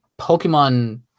Pokemon